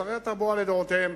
שרי התחבורה לדורותיהם,